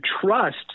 trust